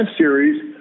series